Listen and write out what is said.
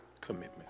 commitment